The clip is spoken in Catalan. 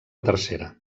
tercera